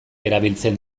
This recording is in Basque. erabiltzen